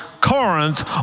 Corinth